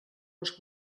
els